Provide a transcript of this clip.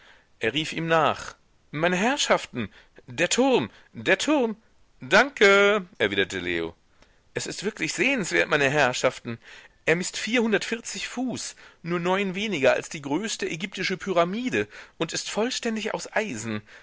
er rief ihm nach meine herrschaften der turm der turm danke erwiderte leo er ist wirklich sehenswert meine herrschaften er mißt vierhundertvierzig fuß nur neun weniger als die größte ägyptische pyramide und ist vollständig aus eisen